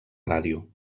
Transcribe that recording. ràdio